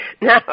No